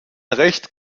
recht